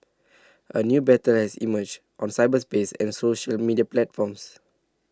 a new battle has emerged on cyberspace and social media platforms